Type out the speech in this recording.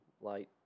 Light